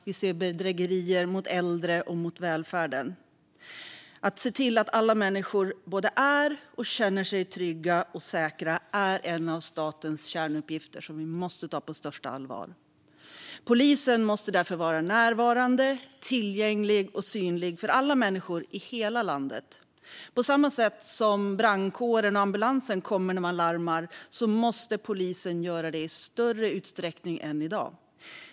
Vi ser bedrägerier mot äldre och mot välfärden. Att se till att alla människor både är och känner sig trygga och säkra är en av statens kärnuppgifter som vi måste ta på största allvar. Polisen måste därför vara närvarande, tillgänglig och synlig för alla människor i hela landet. På samma sätt som brandkåren och ambulansen kommer när man larmar måste polisen göra det i större utsträckning än i dag.